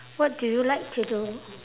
what do you like to do